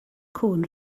cŵn